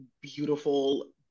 beautiful